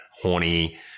horny